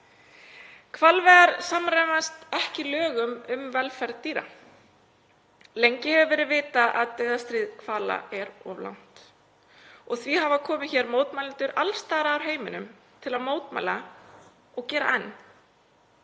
Hvalveiðar samræmast ekki lögum um velferð dýra. Lengi hefur verið vitað að dauðastríð hvala er of langt og því hafa komið hér mótmælendur alls staðar að úr heiminum til að mótmæla og gera enn.